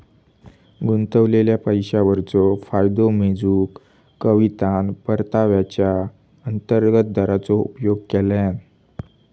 गुंतवलेल्या पैशावरचो फायदो मेजूक कवितान परताव्याचा अंतर्गत दराचो उपयोग केल्यान